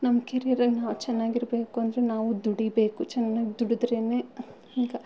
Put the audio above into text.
ನಮ್ಮ ಕೆರಿಯರಲ್ಲಿ ನಾವು ಚೆನ್ನಾಗಿರ್ಬೇಕು ಅಂದರೆ ನಾವು ದುಡಿಬೇಕು ಚೆನ್ನಾಗ್ ದುಡಿದ್ರೇನೆ ಈಗ